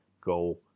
go